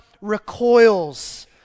recoils